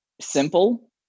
simple